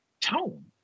tone